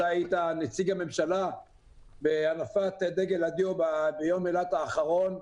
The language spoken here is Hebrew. אתה היית נציג הממשלה בהנפת דגל הדיו ביום אילת האחרון.